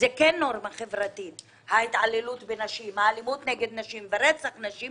זו כן נורמה חברתית ההתעללות והאלימות כלפי נשים ורצח נשים.